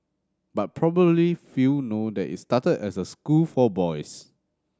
but probably few know that it started as a school for boys